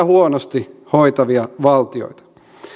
huonosti hoitavia valtioita